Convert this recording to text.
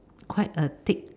quite a thick